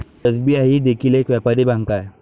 SBI ही देखील एक व्यापारी बँक आहे